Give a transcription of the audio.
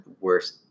worst